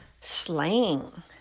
slang